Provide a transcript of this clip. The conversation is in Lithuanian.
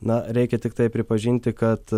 na reikia tiktai pripažinti kad